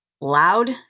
loud